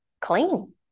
clean